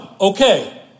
Okay